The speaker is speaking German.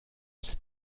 sieht